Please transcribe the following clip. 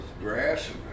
grass